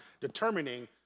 determining